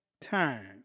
time